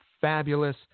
Fabulous